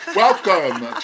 Welcome